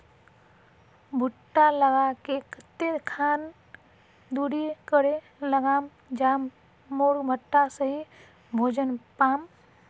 भुट्टा लगा ले कते खान दूरी करे लगाम ज मोर भुट्टा सही भोजन पाम?